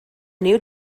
new